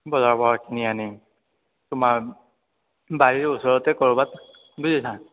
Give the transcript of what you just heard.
বজাৰৰপৰা কিনি আনি তোমাৰ বাৰীৰ ওচৰতে ক'ৰবাত বুজিছা